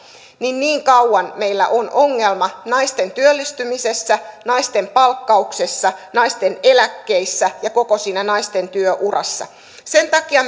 niin niin kauan meillä on ongelma naisten työllistymisessä naisten palkkauksessa naisten eläkkeissä ja koko siinä naisten työurassa sen takia